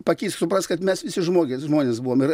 pakeis supras kad mes visi žmogės žmonės buvom ir